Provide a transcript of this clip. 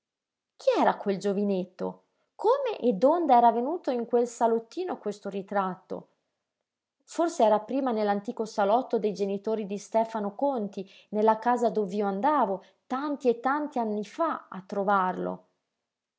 chi era quel giovinetto come e dond'era venuto in quel salottino questo ritratto forse era prima nell'antico salotto dei genitori di stefano conti nella casa dov'io andavo tanti e tanti anni fa a trovarlo